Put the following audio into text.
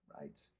right